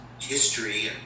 history